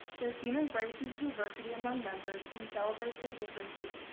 their team embraces diversity among members and celebrates their differences,